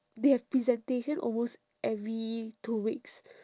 they have presentation almost every two weeks